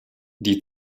die